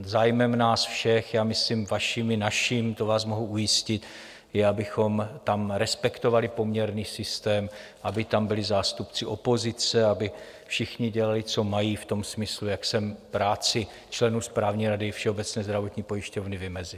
Zájmem nás všech, já myslím vaším i naším, to vás mohu ujistit, je, abychom tam respektovali poměrný systém, aby tam byli zástupci opozice, aby všichni dělali, co mají, v tom smyslu, jak jsem práci členů Správní rady Všeobecné zdravotní pojišťovny vymezil.